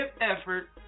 effort